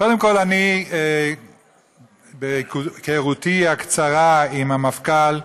קודם כול, אני, בהיכרותי הקצרה עם המפכ"ל,